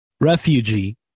refugee